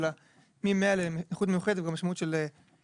אלא שמ-100% לאיכות מיוחדת זוהי כבר משמעות של רכישת